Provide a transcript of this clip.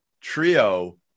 trio